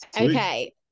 Okay